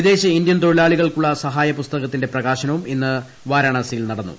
വിദേശ ഇന്ത്യൻ തൊഴിലാളികൾക്കുള്ള സഹായ പുസ്തകത്തിന്റെ പ്രകാശനവും ഇന്ന് വാരാണസിൽ നടന്നു